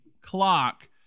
clock